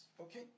okay